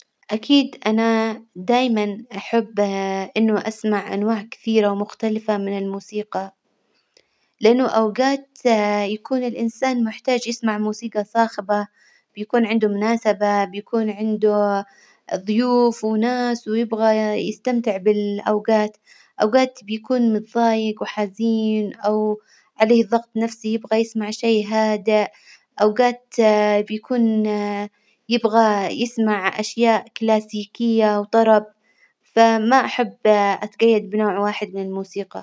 أكيد أنا دايما أحب إنه أسمع أنواع كثيرة ومختلفة من الموسيقى، لإنه أوجات يكون الإنسان محتاج يسمع موسيقى صاخبة، بيكون عنده مناسبة، بيكون عنده ظيوف وناس ويبغى يستمتع بالأوجات، أوجات بيكون متظايق وحزين أو عليه ظغط نفسي يبغى يسمع شي هادئ، أوجات بيكون يبغى يسمع أشياء كلاسيكية وطرب، فما أحب أتجيد بنوع واحد من الموسيقى.